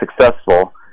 successful